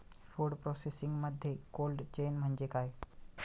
Food प्रोसेसिंगमध्ये cold chain म्हणजे काय?